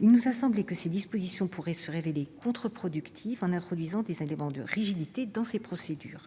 Il nous a semblé que ces dispositions pourraient se révéler contre-productives en introduisant des éléments de rigidité dans ces procédures.